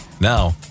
Now